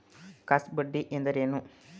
CASA ಬಡ್ಡಿ ಎಂದರೇನು?